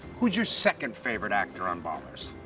who's your second favorite actor on ballers?